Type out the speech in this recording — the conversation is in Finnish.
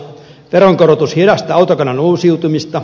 veronkorotus hidastaa autokannan uusiutumista